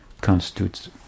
constitutes